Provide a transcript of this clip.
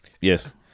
Yes